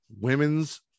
women's